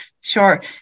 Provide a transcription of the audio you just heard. sure